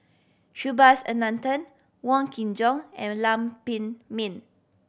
Subhas Anandan Wong Kin Jong and Lam Pin Min